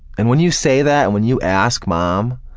and when you say that, and when you ask mom,